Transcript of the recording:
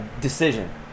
decision